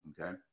okay